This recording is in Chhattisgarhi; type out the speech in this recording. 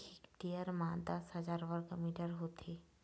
एक हेक्टेयर म दस हजार वर्ग मीटर होथे